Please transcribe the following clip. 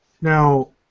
Now